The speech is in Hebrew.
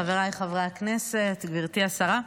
חבריי חברי הכנסת, גברתי השרה,